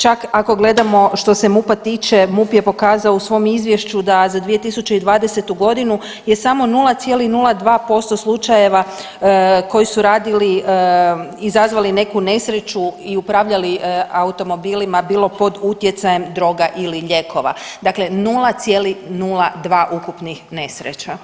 Čak ako gledamo što se MUP-a tiče, MUP je pokazao u svom izvješću da za 2020.g. je samo 0,02% slučajeva koji su radili izazvali neku nesreću i upravljali automobili bilo pod utjecajem droga ili lijekova, dakle 0,02 ukupnih nesreća.